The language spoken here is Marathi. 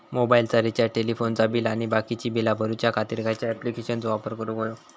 मोबाईलाचा रिचार्ज टेलिफोनाचा बिल आणि बाकीची बिला भरूच्या खातीर खयच्या ॲप्लिकेशनाचो वापर करूक होयो?